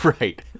right